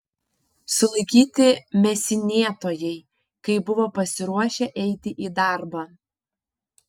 sulaikyti mėsinėtojai kai buvo pasiruošę eiti į darbą